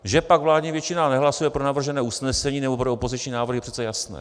Že pak vládní většina nehlasuje pro navržené usnesení, nebo pro opoziční návrh, je přece jasné.